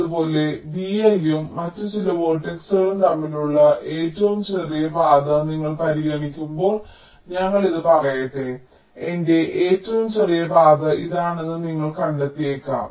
അതുപോലെ vi യും മറ്റ് ചില വേർട്ടക്സുകളും തമ്മിലുള്ള ഏറ്റവും ചെറിയ പാത നിങ്ങൾ പരിഗണിക്കുമ്പോൾ ഞങ്ങൾ ഇത് പറയട്ടെ എന്റെ ഏറ്റവും ചെറിയ പാത ഇതാണെന്ന് നിങ്ങൾ കണ്ടെത്തിയേക്കാം